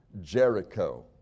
Jericho